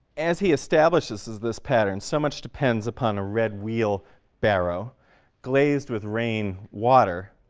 as he establishes this pattern, so much depends upon a red wheel barrow glazed with rain water,